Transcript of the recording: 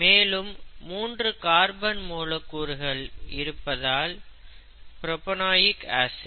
மேலும் மூன்று கார்பன் மூலக்கூறுகள் இருப்பதால் புரோபநாய்க் ஆசிட்